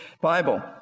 Bible